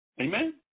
Amen